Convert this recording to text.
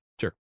sure